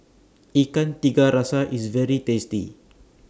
Ikan Tiga Rasa IS very tasty